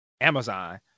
Amazon